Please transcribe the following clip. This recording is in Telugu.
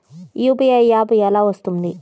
యూ.పీ.ఐ యాప్ ఎలా వస్తుంది?